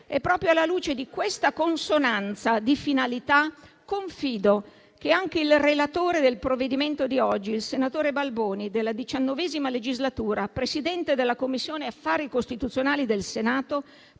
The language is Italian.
Proprio alla luce di questa consonanza di finalità, confido che anche il relatore del provvedimento di oggi, il senatore Balboni della XIX legislatura, Presidente della Commissione affari costituzionali del Senato,